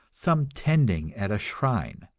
some tending at a shrine.